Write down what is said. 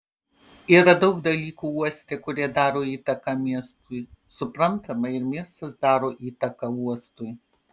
yra daug dalykų uoste kurie daro įtaką miestui suprantama ir miestas daro įtaką uostui